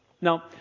Now